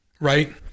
right